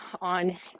on